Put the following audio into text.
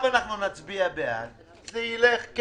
אבל אני,